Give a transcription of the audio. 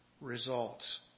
results